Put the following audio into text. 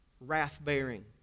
wrath-bearing